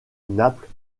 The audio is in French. naples